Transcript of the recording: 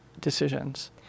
decisions